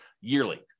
yearly